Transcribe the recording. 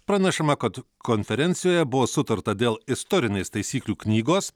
pranešama kad konferencijoje buvo sutarta dėl istorinės taisyklių knygos